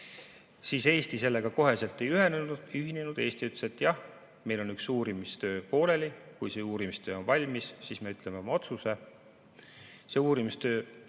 siis Eesti sellega kohe ei ühinenud. Eesti ütles, et jah, meil on üks uurimistöö pooleli, kui see uurimistöö on valmis, siis me ütleme oma otsuse. See uurimistöö